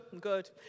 good